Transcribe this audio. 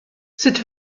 sut